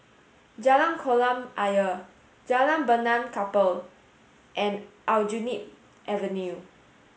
Jalan Kolam Ayer Jalan Benaan Kapal and Aljunied Avenue